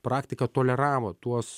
praktika toleravo tuos